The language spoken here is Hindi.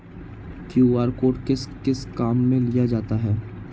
क्यू.आर कोड किस किस काम में लिया जाता है?